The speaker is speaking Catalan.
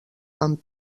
amb